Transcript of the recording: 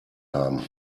haben